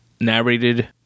narrated